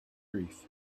grief